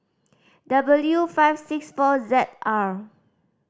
W five six four Z R